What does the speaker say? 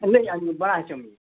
ᱮᱱᱮᱡ ᱵᱟᱲᱟᱭ ᱦᱚᱪᱚᱢᱤᱭᱟᱹᱧ ᱚᱻ